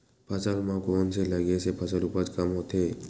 फसल म कोन से लगे से फसल उपज कम होथे?